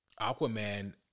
Aquaman